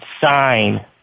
sign